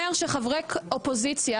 ואני אתך על ועדת הרפורמות ועל הכול,